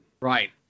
right